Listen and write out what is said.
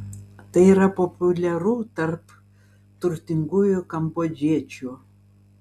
tai yra populiaru tarp turtingųjų kambodžiečiu